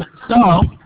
so,